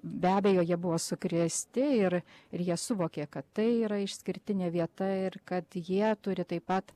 be abejo jie buvo sukrėsti ir ir jie suvokė kad tai yra išskirtinė vieta ir kad jie turi taip pat